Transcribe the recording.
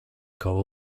koło